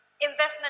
investment